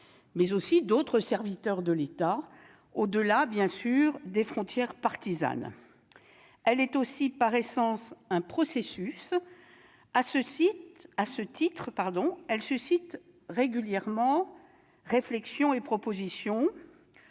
-, ou d'autres serviteurs de l'État au-delà des frontières partisanes. La décentralisation est aussi par essence un processus. À ce titre, elle suscite régulièrement réflexions et propositions,